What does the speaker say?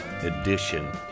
edition